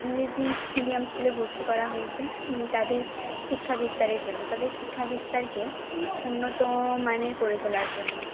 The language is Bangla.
ইংরেজি মিডিয়াম স্কুলে ভর্তি করা হয়েছে তাদের শিক্ষা বিস্তারের জন্য তাদের শিক্ষাবিস্তারকে উন্নতমানের করে তোলার জন্য